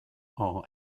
are